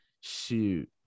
Shoot